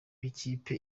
b’ikipe